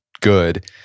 good